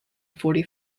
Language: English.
forty